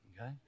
okay